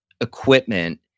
equipment